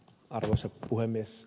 arvoisa puhemies